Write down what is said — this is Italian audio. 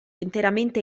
interamente